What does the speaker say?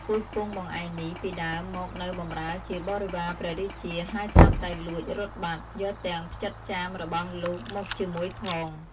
ពូជពង្សបងឯងនេះ ពីដើមមកនៅបម្រើជាបរិពារព្រះរាជា ហើយស្រាប់តែលួចរត់បាត់ យកទាំងផ្ចិតចាមររបស់លោកមកជាមួយផង"។